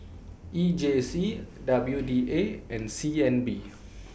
E J C W D A and C N B